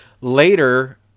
Later